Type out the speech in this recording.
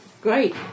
Great